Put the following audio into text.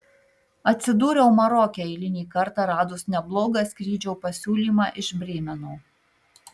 atsidūriau maroke eilinį kartą radus neblogą skrydžio pasiūlymą iš brėmeno